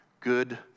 good